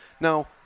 Now